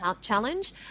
Challenge